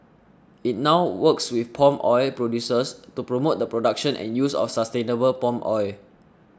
it now works with palm oil producers to promote the production and use of sustainable palm oil